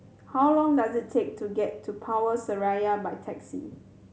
how long does it take to get to Power Seraya by taxi